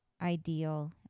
ideal